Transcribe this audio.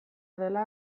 dela